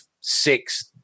six